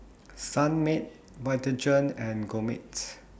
Sunmaid Vitagen and Gourmet